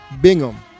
Bingham